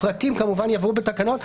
הפרטים כמובן יבואו בתקנות,